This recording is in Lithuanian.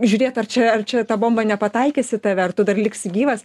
žiūrėt ar čia ar čia ta bomba nepataikys į tave ar tu dar liksi gyvas